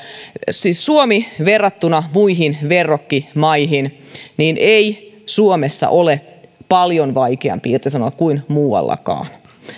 siis verrattuna muihin verrokkimaihin ei suomessa ole paljon vaikeampi irtisanoa kuin muuallakaan